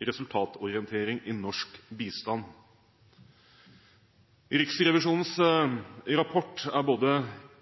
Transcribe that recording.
resultatorientering i norsk bistand. Riksrevisjonens rapport er både